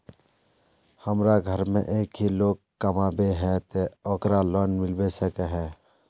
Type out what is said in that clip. हमरा घर में एक ही लोग कमाबै है ते ओकरा लोन मिलबे सके है?